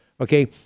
okay